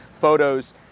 photos